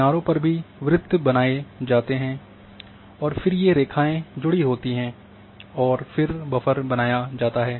किनारों पर भी वृत्त बनाए जाते हैं और फिर ये रेखाएँ जुड़ी होती हैं और फिर बफर बनाया जाता है